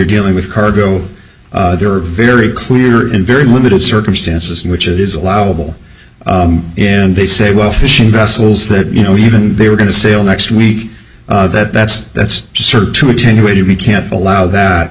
dealing with cargo there are very clear in very limited circumstances in which it is allowable and they say well fishing vessels that you know even they were going to sail next week that that's that's sort of to attenuate you can't allow that